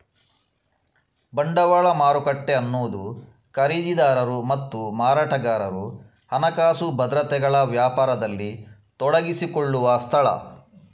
ಬಂಡವಾಳ ಮಾರುಕಟ್ಟೆ ಅನ್ನುದು ಖರೀದಿದಾರರು ಮತ್ತು ಮಾರಾಟಗಾರರು ಹಣಕಾಸು ಭದ್ರತೆಗಳ ವ್ಯಾಪಾರದಲ್ಲಿ ತೊಡಗಿಸಿಕೊಳ್ಳುವ ಸ್ಥಳ